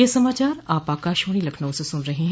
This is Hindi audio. ब्रे क यह समाचार आप आकाशवाणी लखनऊ से सुन रहे हैं